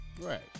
Right